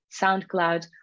SoundCloud